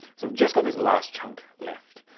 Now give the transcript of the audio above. so i've just got this last chunk left.